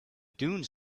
dunes